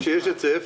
וכשיש היצף?